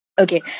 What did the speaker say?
Okay